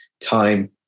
time